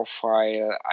profile